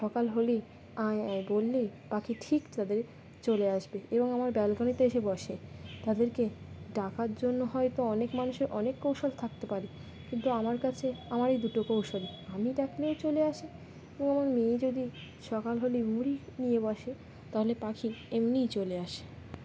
সকাল হলেই আয় আয় বললেই পাখি ঠিক তাদের চলে আসবে এবং আমার ব্যালকনিতে এসে বসে তাদেরকে ডাকার জন্য হয়তো অনেক মানুষের অনেক কৌশল থাকতে পারে কিন্তু আমার কাছে আমারই দুটো কৌশল আমি ডাকলেও চলে আসে এবং আমার মেয়ে যদি সকাল হলেই মুড়ি নিয়ে বসে তাহলে পাখি এমনিই চলে আসে